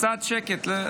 קצת שקט.